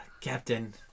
Captain